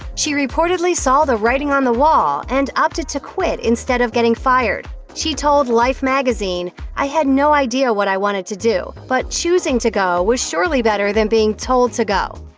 she reportedly saw the writing on the wall and opted to quit instead of getting fired. she told life magazine, i had no idea what i wanted to do, but choosing to go was surely better than being told to go.